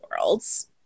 worlds